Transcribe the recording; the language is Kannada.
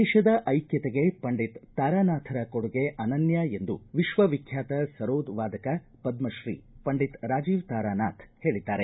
ದೇಶದ ಐಕ್ಕತೆಗೆ ಪಂಡಿತ್ ತಾರಾನಾಥರ ಕೊಡುಗೆ ಅನನ್ಯ ಎಂದು ವಿಶ್ವ ವಿಖ್ಕಾತ ಸರೋದ್ ವಾದಕ ಪದ್ಮಶ್ರೀ ಪಂಡಿತ್ ರಾಜೀವ ತಾರಾನಾಥ ಹೇಳಿದ್ದಾರೆ